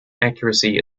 accuracy